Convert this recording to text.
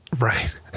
right